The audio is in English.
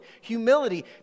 humility